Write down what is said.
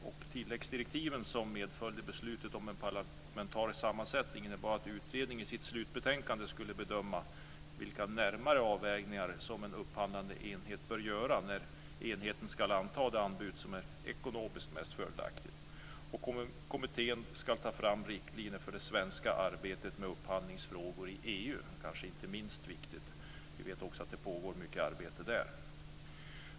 Och tilläggsdirektiven som medföljde beslutet om en parlamentarisk sammansättning innebar att utredningen i sitt slutbetänkande skulle bedöma vilka närmare avvägningar som en upphandlande enhet bör göra när enheten ska anta det anbud som är ekonomiskt mest fördelaktigt. Kommittén ska ta fram riktlinjer för det svenska arbetet med upphandlingsfrågor i EU, vilket är kanske inte minst viktigt. Vi vet också att det pågår mycket arbete där.